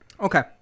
Okay